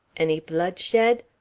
any blood shed?